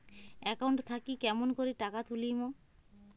Account থাকি কেমন করি টাকা তুলিম?